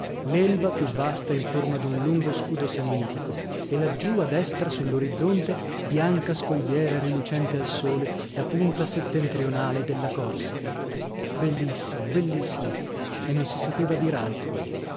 l'elba più vasta in forma d'un lungo scudo sannitico e laggiù a destra sull'orizzonte bianca scogliera rilucente al sole la punta settentrionale della corsica bellissimo bellissimo e non si sapeva dir altro